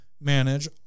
manage